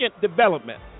development